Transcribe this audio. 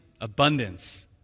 abundance